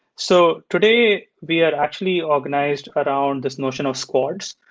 so today, we are actually organized around this notion of squads.